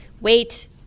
wait